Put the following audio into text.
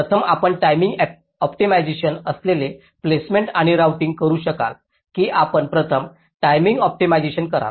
प्रथम आपण timing optimisation असलेले प्लेसमेंट आणि राउटिंग करू शकाल की आपण प्रथम टाईमिंग ऑप्टिमायझेशन कराल